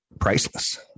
priceless